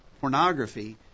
pornography